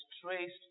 traced